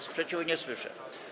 Sprzeciwu nie słyszę.